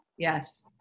Yes